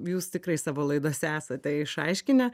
jūs tikrai savo laidose esate išaiškinę